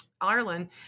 Ireland